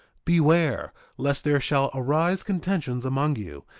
beware lest there shall arise contentions among you,